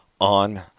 on